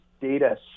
data